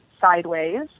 sideways